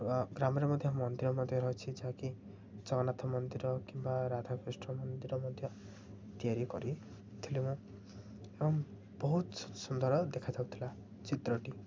ଗ୍ରାମରେ ମଧ୍ୟ ମନ୍ଦିର ମଧ୍ୟ ଅଛି ଯାହାକି ଜଗନ୍ନାଥ ମନ୍ଦିର କିମ୍ବା ରାଧାକୃଷ୍ଣ ମନ୍ଦିର ମଧ୍ୟ ତିଆରି କରିଥିଲି ମୁଁ ଏବଂ ବହୁତ ସୁନ୍ଦର ଦେଖାାଯଉଥିଲା ଚିତ୍ରଟି